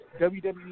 WWE